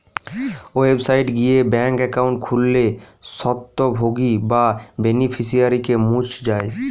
website গিয়ে bank account খুললে স্বত্বভোগী বা বেনিফিশিয়ারিকে মুছ যায়